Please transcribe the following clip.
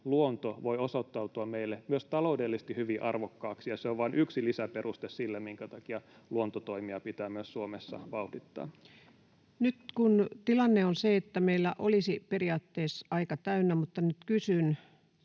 luonto voi osoittautua meille myös taloudellisesti hyvin arvokkaaksi. Se on vain yksi lisäperuste sille, minkä takia luontotoimia pitää myös Suomessa vauhdittaa. [Speech 362] Speaker: Ensimmäinen varapuhemies Paula Risikko Party: